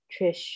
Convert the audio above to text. Trish